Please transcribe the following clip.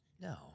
No